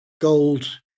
gold